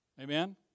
Amen